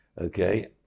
Okay